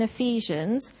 Ephesians